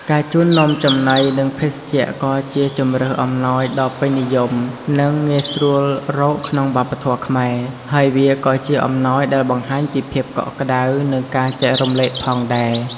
ការជូននំចំណី និងភេសជ្ជៈ ក៏ជាជម្រើសអំណោយដ៏ពេញនិយម និងងាយស្រួលរកក្នុងវប្បធម៌ខ្មែរ ហើយវាក៏ជាអំណោយដែលបង្ហាញពីភាពកក់ក្ដៅ និងការចែករំលែកផងដែរ។